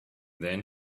then